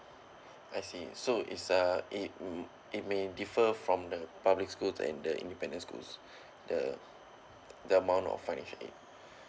I see so is a it it may differ from the public schools and the independence schools the the amount of financial aid